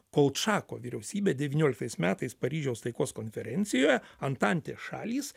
kolčako vyriausybe devynioliktais metais paryžiaus taikos konferencijoje antantės šalys